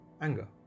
anger